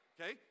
Okay